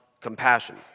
compassion